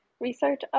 research